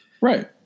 Right